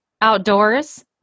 Outdoors